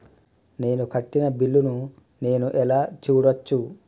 నేను కట్టిన బిల్లు ను నేను ఎలా చూడచ్చు?